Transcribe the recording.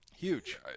Huge